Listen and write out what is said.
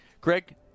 Craig